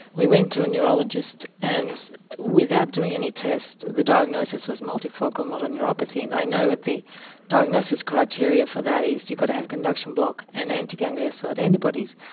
we went to a neurologist, and without doing any tests the diagnosis was multifocal motor neuropathy, and i know the diagnosis criteria for that is you've got to have conduction block and anti ganglioside antibodies,